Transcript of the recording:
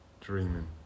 dreaming